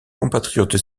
compatriote